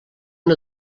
una